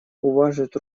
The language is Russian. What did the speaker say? уважить